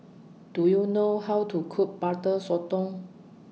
Do YOU know How to Cook Butter Sotong